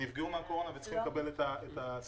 נפגעו מהקורונה וצריכים לקבל את הסיוע,